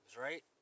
right